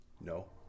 No